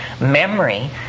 Memory